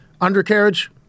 undercarriage